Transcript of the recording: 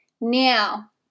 Now